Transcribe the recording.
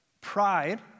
Pride